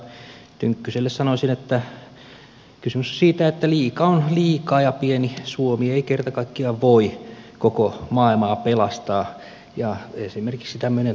edustaja tynkkyselle sanoisin että kysymys on siitä että liika on liikaa ja pieni suomi ei kerta kaikkiaan voi koko maailmaa pelastaa